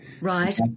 Right